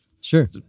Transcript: sure